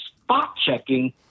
spot-checking